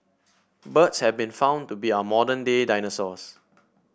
birds have been found to be our modern day dinosaurs